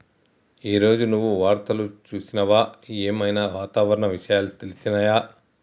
ఈ రోజు నువ్వు వార్తలు చూసినవా? ఏం ఐనా వాతావరణ విషయాలు తెలిసినయా?